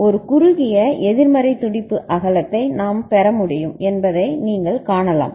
ஒரு குறுகிய எதிர்மறை துடிப்பு அகலத்தை நாம் பெற முடியும் என்பதை நீங்கள் காணலாம்